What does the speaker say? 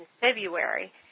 February